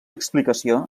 explicació